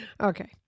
Okay